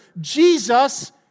Jesus